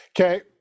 Okay